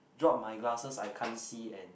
drop my glasses I can't see and